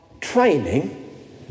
training